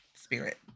spirit